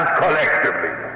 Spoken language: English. collectively